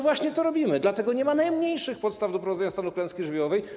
Właśnie to robimy, dlatego nie ma najmniejszych podstaw do wprowadzenia stanu klęski żywiołowej.